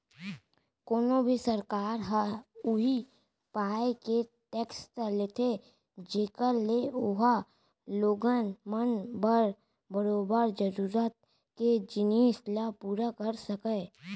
कोनो भी सरकार ह उही पाय के टेक्स लेथे जेखर ले ओहा लोगन मन बर बरोबर जरुरत के जिनिस ल पुरा कर सकय